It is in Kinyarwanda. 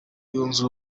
yunze